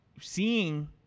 seeing